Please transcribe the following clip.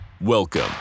Welcome